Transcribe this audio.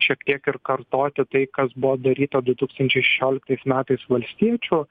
šiek tiek ir kartoti tai kas buvo daryta du tūkstančiai šešioliktais metais valstiečių